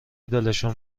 دلشون